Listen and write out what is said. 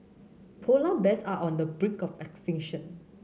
polar bears are on the brink of extinction